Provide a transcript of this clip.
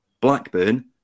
Blackburn